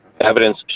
evidence